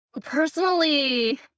Personally